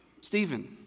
Stephen